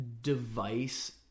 device